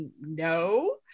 no